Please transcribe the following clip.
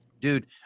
Dude